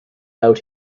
out